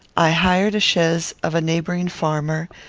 i hired a chaise of a neighbouring farmer,